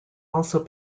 also